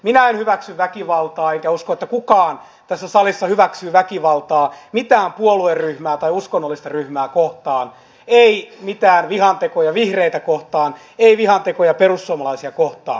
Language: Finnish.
minä en hyväksy väkivaltaa enkä usko että kukaan tässä salissa hyväksyy väkivaltaa mitään puolueryhmää tai uskonnollista ryhmää kohtaan ei mitään vihantekoja vihreitä kohtaan ei vihantekoja perussuomalaisia kohtaan